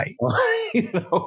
Right